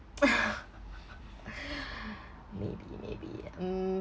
maybe maybe mm